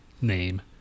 name